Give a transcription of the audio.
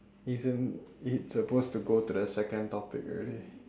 isn't it supposed to go to the second topic already